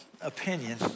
opinion